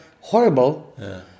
horrible